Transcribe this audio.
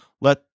let